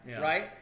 right